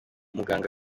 muganga